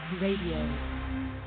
Radio